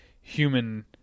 human